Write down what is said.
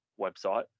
website